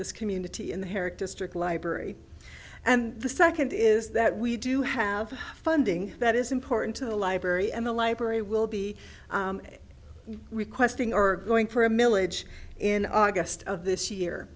this community in the herrick district library and the second is that we do have funding that is important to the library and the library will be requesting or going for a millage in august of this year